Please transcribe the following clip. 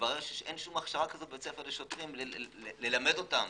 התברר שאין הכשרה כזו בבית ספר לשוטרים ללמד אותם.